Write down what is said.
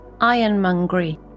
ironmongery